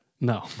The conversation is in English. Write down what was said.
No